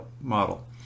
model